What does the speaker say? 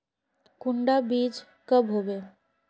कुंडा बीज कब होबे?